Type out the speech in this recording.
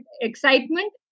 excitement